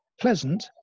pleasant